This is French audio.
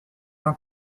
chez